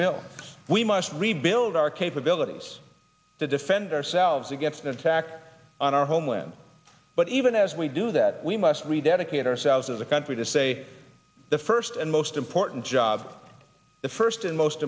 bill we must rebuild our capabilities to defend ourselves against an attack on our homeland but even as we do that we must we dedicate ourselves as a country to say the first and most important job the first and most